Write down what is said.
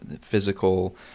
physical